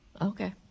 Okay